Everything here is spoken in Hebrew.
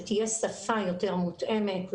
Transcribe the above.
שתהיה שפה יותר מותאמת.